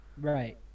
Right